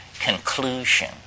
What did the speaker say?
conclusion